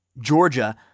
Georgia